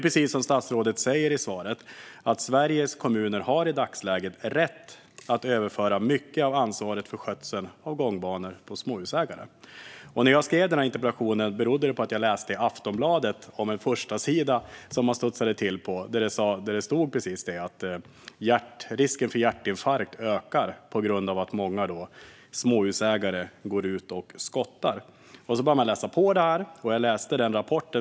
Precis som statsrådet säger i svaret har Sveriges kommuner i dagsläget rätt att överföra mycket av ansvaret för skötseln av gångbanor på småhusägare. Att jag skrev denna interpellation berodde på att jag läste en förstasida i Aftonbladet som jag studsade till för. Där stod precis detta: Risken för hjärtinfarkt ökar på grund av att många småhusägare går ut och skottar. Jag började läsa på om detta.